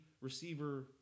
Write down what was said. receiver